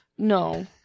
No